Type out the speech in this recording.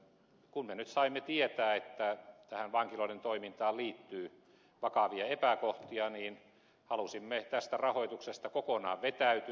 kun me nyt saimme tietää että tähän vankiloiden toimintaan liittyy vakavia epäkohtia halusimme tästä rahoituksesta kokonaan vetäytyä